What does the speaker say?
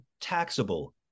taxable